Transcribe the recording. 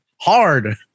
hard